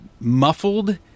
muffled